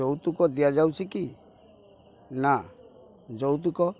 ଯୌତୁକ ଦିଆଯାଉଛି କି ନା ଯୌତୁକ